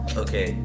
okay